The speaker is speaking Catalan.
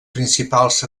principals